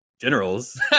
generals